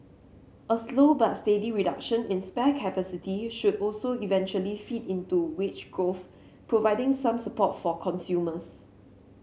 a slow but steady reduction in spare capacity should also eventually feed into wage growth providing some support for consumers